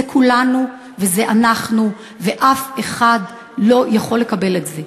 זה כולנו וזה אנחנו, ואף אחד לא יכול לקבל את זה.